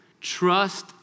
Trust